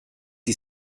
die